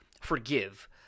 forgive